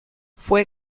fue